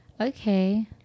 Okay